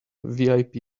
vip